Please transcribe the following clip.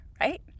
right